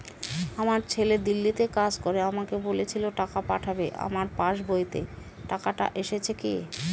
আমার ছেলে দিল্লীতে কাজ করে আমাকে বলেছিল টাকা পাঠাবে আমার পাসবইতে টাকাটা এসেছে কি?